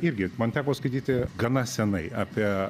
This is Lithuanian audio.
irgi man teko skaityti gana senai apie